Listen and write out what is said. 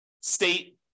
state